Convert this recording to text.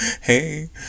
Hey